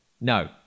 No